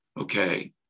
okay